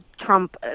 Trump